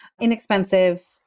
Inexpensive